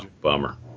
Bummer